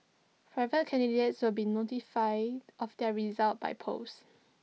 private candidates will be notified of their results by post